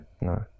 No